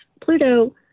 Pluto